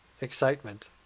excitement